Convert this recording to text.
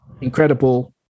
incredible